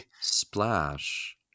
splash